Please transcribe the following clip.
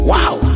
Wow